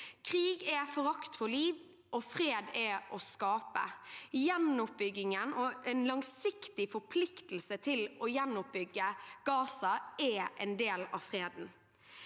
«Krig er forakt for liv. Fred er å skape.» Gjenoppbyggingen og en langsiktig forpliktelse til å gjenoppbygge Gaza er en del av freden.